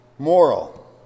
moral